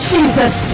Jesus